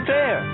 Fair